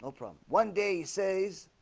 ah problem one day says